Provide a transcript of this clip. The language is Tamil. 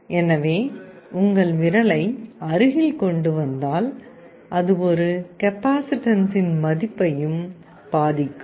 எனவே உங்கள் விரலை அருகில் கொண்டு வந்தால் அது ஒரு கெபாசிட்டன்ஸின் மதிப்பையும் பாதிக்கும்